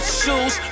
shoes